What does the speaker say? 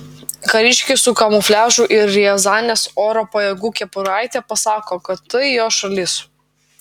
kariškis su kamufliažu ir riazanės oro pajėgų kepuraite pasako kad tai jo šalis